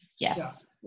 Yes